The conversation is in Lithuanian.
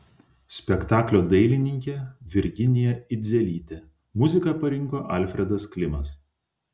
spektaklio dailininkė virginija idzelytė muziką parinko alfredas klimas